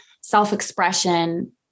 self-expression